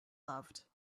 loved